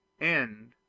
End